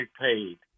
paid